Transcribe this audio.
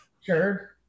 Sure